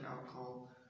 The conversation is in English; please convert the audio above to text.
alcohol